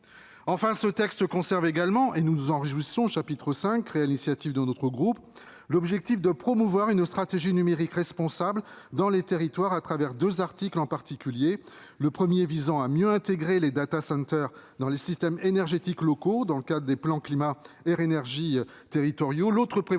Enfin, ce texte conserve également - et nous nous en réjouissons -, au chapitre V, créé sur l'initiative de notre groupe, l'objectif de promouvoir une stratégie numérique responsable dans les territoires à travers en particulier deux articles. Le premier vise à mieux intégrer les dans les systèmes énergétiques locaux dans le cadre des plans climat-air-énergie territoriaux.